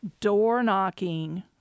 door-knocking